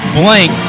blank